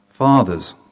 Fathers